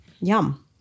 Yum